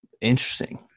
Interesting